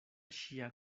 ŝia